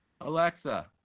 Alexa